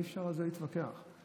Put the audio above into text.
אי-אפשר להתווכח על זה.